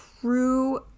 true